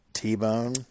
T-Bone